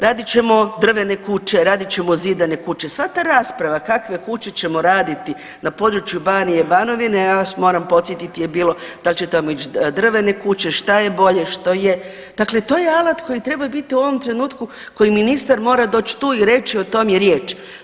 Radit ćemo drvene kuće, radit ćemo zidane kuće, sva ta rasprava kakve kuće ćemo raditi na području Banije/Banovine, ja vas moram podsjetiti, je bilo da li će tamo ići drvene kuće, šta je bolje, što je, dakle to je alat koji treba biti u ovom trenutku koji ministar mora doći tu i reći o tome je riječ.